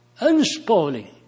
unspoiling